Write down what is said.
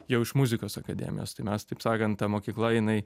jau iš muzikos akademijos tai mes taip sakant ta mokykla jinai